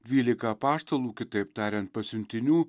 dvylika apaštalų kitaip tariant pasiuntinių